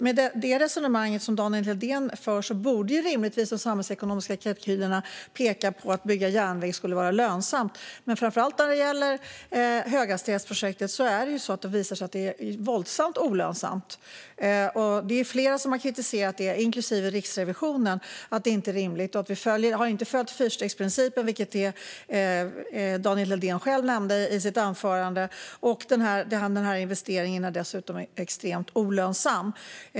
Med det resonemang som Daniel Helldén för borde rimligtvis de samhällsekonomiska kalkylerna peka på att det skulle vara lönsamt att bygga järnväg. Men framför allt när det gäller höghastighetsprojektet visar det sig att det är våldsamt olönsamt. Det är flera som har kritiserat det, inklusive Riksrevisionen, och sagt att det inte är rimligt. Vi har inte följt fyrstegsprincipen, vilket Daniel Helldén själv nämnde i sitt anförande. Investeringen är dessutom extremt olönsam.